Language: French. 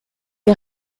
est